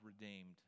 redeemed